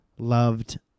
loved